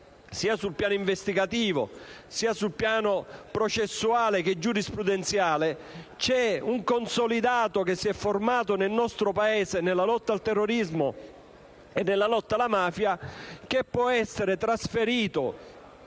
Sia sul piano investigativo, infatti, sia sul piano processuale che giurisprudenziale, esiste un consolidato (formatosi nel nostro Paese nella lotta al terrorismo e nella lotta alla mafia) che può essere trasferito